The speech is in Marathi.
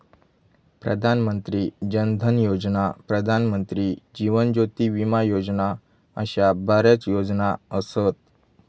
प्रधान मंत्री जन धन योजना, प्रधानमंत्री जीवन ज्योती विमा योजना अशा बऱ्याच योजना असत